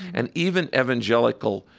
and even evangelical,